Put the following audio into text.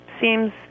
seems